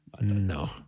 No